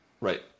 Right